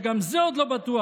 וגם זה עוד לא בטוח".